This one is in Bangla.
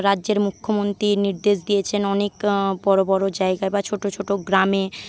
রাজ্যের মুখ্যমন্ত্রী নির্দেশ দিয়েছেন অনেক বড়ো বড়ো জায়গা বা ছোটো ছোটো গ্রামে